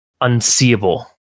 unseeable